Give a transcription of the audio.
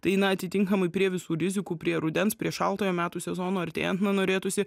tai na atitinkamai prie visų rizikų prie rudens prie šaltojo metų sezono artėjant na norėtųsi